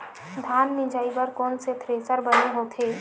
धान मिंजई बर कोन से थ्रेसर बने होथे?